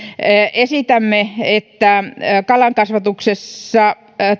esitämme että kalankasvatuksessa